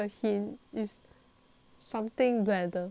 something bladder